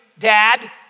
Dad